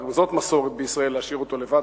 גם זו מסורת בישראל, להשאיר אותו לבד.